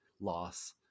loss